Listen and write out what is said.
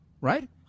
right